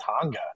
Tonga